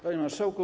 Panie Marszałku!